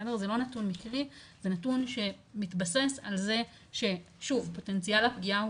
הזה נתון מתבסס על זה ששוב פוטנציאל הפגיעה הוא